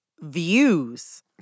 views